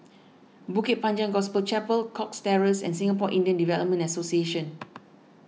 Bukit Panjang Gospel Chapel Cox Terrace and Singapore Indian Development Association